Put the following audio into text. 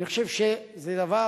אני חושב שזה דבר